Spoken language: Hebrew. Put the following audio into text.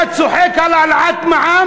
אתה צוחק על העלאת מע"מ